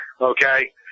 okay